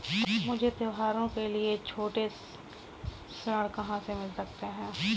मुझे त्योहारों के लिए छोटे ऋण कहाँ से मिल सकते हैं?